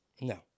No